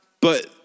But-